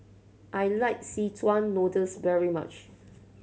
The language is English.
I like szechuan noodles very much